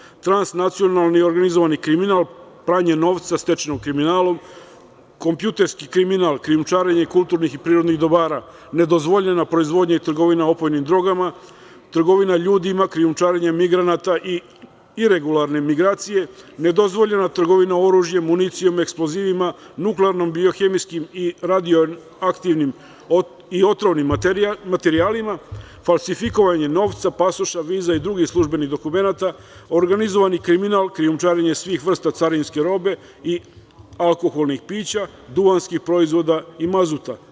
U oblasti transnacionlno organizovanog kriminala, pranje novca stečenog kriminalom, kompjuterski kriminal, krijumčarenje kulturnih i prirodnih dobara, nedozvoljena proizvodnja i trgovina opojnim drogama, trgovina ljudima, krijumčarenje migranta i regularne migracije, nedozvoljena trgovina oružjem, municijom, eksplozivima, nuklearnom biohemijskim i radioaktivnim i otrovnim materijama, falsifikovanje novca, pasoša, viza i drugih službenih dokumenata, organizovani kriminal, krijumčarenje svih vrsta carinske robe i alkoholnih pića, duvanskih proizvoda i mazuta.